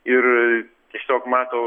ir tiesiog mato